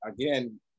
again